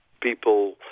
people